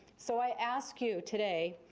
so i ask you today,